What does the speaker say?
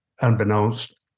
unbeknownst